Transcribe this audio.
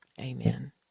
amen